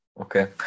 Okay